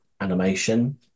animation